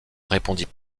répondit